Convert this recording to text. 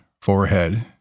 forehead